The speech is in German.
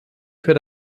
für